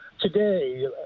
today